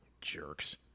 Jerks